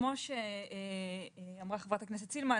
כמו שאמרה חברת הכנסת סילמן,